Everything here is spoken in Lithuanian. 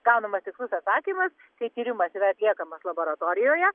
gaunamas tikslus atsakymas kai tyrimas yra atliekamas laboratorijoje